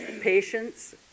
patience